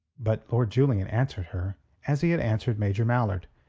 but lord julian answered her as he had answered major mallard.